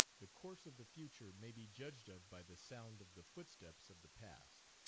the course of the future may be judged of by the sound of the footsteps of the past.